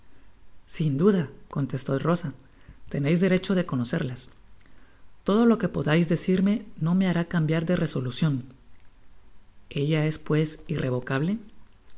sin duda contestó rosa teneis derecho de conocerlas todo lo que podais decirme no me hará cambiar de resolucion ella es pues irrevocable